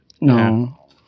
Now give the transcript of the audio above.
no